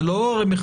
הרי זה לא מחייב,